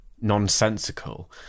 nonsensical